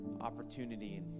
opportunity